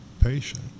patient